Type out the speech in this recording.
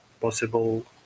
possible